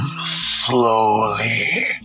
slowly